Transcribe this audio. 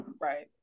Right